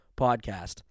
Podcast